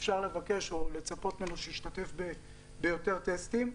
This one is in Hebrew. יכול להשתתף ביותר טסטים.